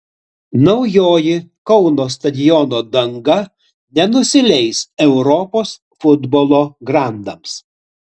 naujoji kauno stadiono danga nenusileis europos futbolo grandams